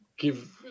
give